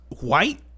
white